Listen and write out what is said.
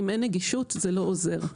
אם אין נגישות זה לא עוזר.